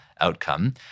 outcome